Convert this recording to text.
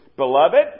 Beloved